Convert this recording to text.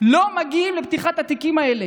לא מגיעים לפתיחת התיקים האלה.